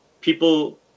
people